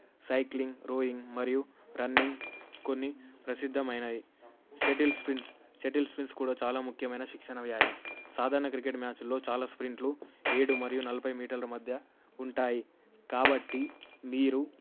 cycling throwing మరియు running కొన్ని ప్రసిద్ధమైనవి షటిల్ స్పిన్స్ షటిల్ స్పిన్స్ కూడా చాలా ముఖ్యమైన శిక్షణ వ్యాయామం సాధారణ క్రికెట్ మ్యాచుల్లో చాలా స్ప్రింట్లు ఏడు మరియు నలభై మీటర్ల మధ్య ఉంటాయి కాబట్టి మీరు